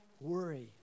worry